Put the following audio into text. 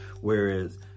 whereas